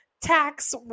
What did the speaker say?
tax